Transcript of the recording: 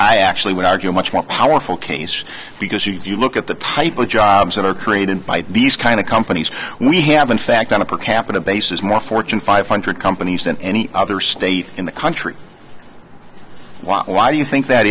i actually would argue a much more powerful case because if you look at the type of jobs that are created by these kind of companies we have in fact on a per capita basis more fortune five hundred companies than any other state in the country why do you think that